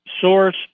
source